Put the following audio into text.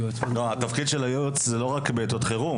התפקיד של הייעוץ זה לא רק בעיתות חירום,